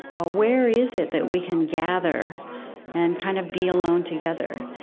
ah where is it that we can gather and kind of be alone together?